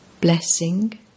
Blessing